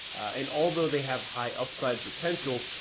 and although they have high upside potential,